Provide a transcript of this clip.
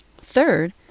Third